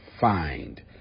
find